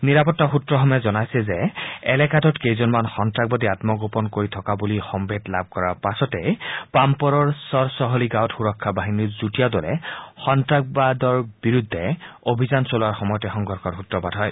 নিৰাপত্তা সুত্ৰসমূহে জনাইছে যে এলেকাটোত কেইজনমান সন্তাসবাদী আমগোপন কৰি থকা বুলি সম্ভেদ লাভ কৰাৰ পাছতেই পাম্পপৰৰ চৰচহলি গাঁৱত সুৰক্ষা বাহিনীৰ যুটীয়া দলে সন্তাসবাদী বিৰুদ্ধে অভিযান চলোৱাৰ সময়তে সংঘৰ্ষৰ সূত্ৰপাত হয়